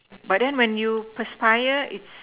but then when you feels tired it's